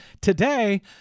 today